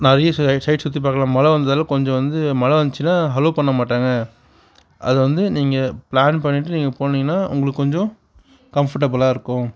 நிறைய side side சுற்றி பார்க்கலாம் மழை வந்ததால் கொஞ்சம் வந்து மழை வந்துச்சுனால் அலோ பண்ண மாட்டாங்க அது வந்து நீங்கள் பிளான் பண்ணிவிட்டு நீங்கள் போனீங்னால் உங்களுக்கு கொஞ்சம் கம்ஃபடபுளாக இருக்கும்